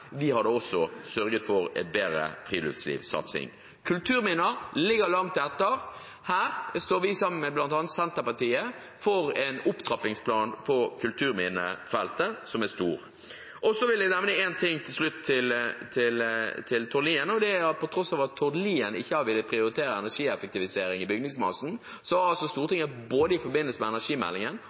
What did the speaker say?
Vi hadde også sørget for en bedre friluftslivsatsing. Kulturminnefeltet ligger langt etter. Her står vi sammen med bl.a. Senterpartiet for en stor opptrappingsplan for kulturminnefeltet. Så vil jeg nevne én ting til slutt til Tord Lien, og det er at på tross av at Tord Lien ikke har villet prioritere energieffektivisering i bygningsmassen, har altså Stortinget både i forbindelse med energimeldingen